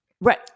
Right